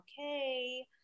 okay